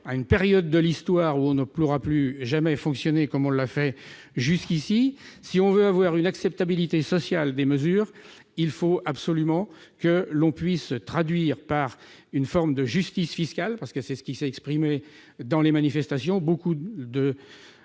à une période de l'histoire où l'on ne pourra plus jamais fonctionner comme on l'a fait jusqu'à présent. Si l'on veut obtenir une acceptabilité sociale de ces mesures, il faut absolument qu'elles se traduisent par une forme de justice fiscale. C'est ce qui s'est exprimé dans les manifestations : de